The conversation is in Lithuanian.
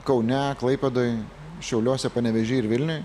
kaune klaipėdoj šiauliuose panevėžy ir vilniuj